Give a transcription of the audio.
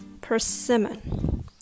persimmon